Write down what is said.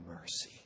mercy